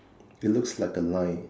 it looks like a line